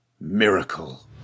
Miracle